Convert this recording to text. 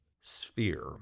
sphere